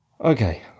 Okay